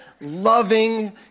loving